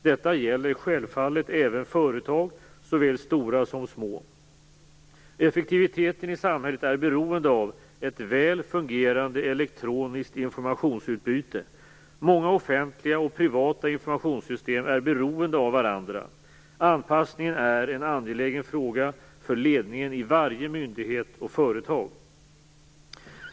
Detta gäller självfallet även företag, såväl stora som små. Effektiviteten i samhället är beroende av ett väl fungerande elektroniskt informationsutbyte. Många offentliga och privata informationssystem är beroende av varandra. Anpassningen är en angelägen fråga för ledningen i varje myndighet och företag.